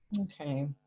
Okay